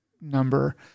number